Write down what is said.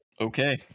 Okay